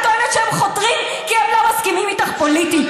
את טוענת שהם חותרים כי הם לא מסכימים איתך פוליטית.